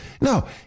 No